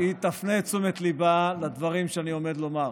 ואני אמתין עד שהיא תפנה את תשומת ליבה לדברים שאני עומד לומר.